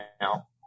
now